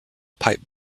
pipe